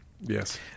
Yes